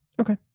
Okay